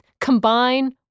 combine